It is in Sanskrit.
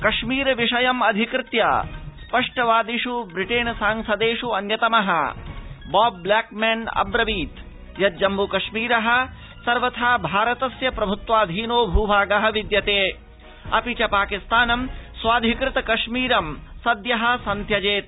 कश्मीर विषयम् अधिकृत्य स्पष्ट वादिष् ब्रिटेन सांसदेष् अन्यतमः बॉब् ब्लक्सिम् अन्यतम्म कश्मीरः सर्वथा भारतस्य प्रभुत्वाधीनो भूभागः विद्यते अपि च पाकिस्तानं स्वाधिकृत कश्मीरं सद्यः संत्यजेत्